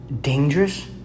dangerous